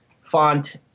font